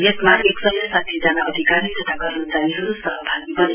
यसमा एक सय साठी जना अधिकारी तथा कर्मचारीहरू सहभागी बने